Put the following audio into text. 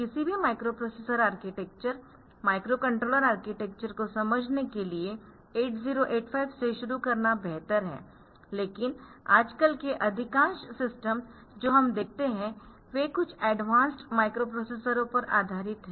किसी भी microprocessor architecture microcontroller architecture को समझने के लिए 8085 से शुरू करना बेहतर है लेकिन आज कलके अधिकांश सिस्टम जो हम देखते है वे कुछ अडवांस्ड माइक्रोप्रोसेसरों पर आधारित है